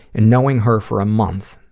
and knowing her for a month,